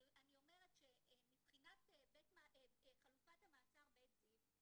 אני אומרת שמבחינת חלופת המעצר 'בית זיו'